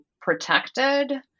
protected